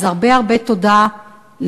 אז הרבה הרבה תודה למיקי,